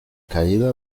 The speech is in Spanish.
caída